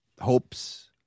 Hope's